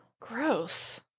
Gross